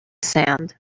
sand